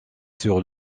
sur